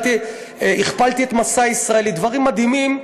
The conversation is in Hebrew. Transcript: הכפלתי את מסע ישראלי, דברים מדהימים.